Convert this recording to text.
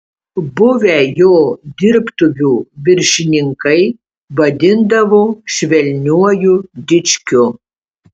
buvę jo dirbtuvių viršininkai vadindavo švelniuoju dičkiu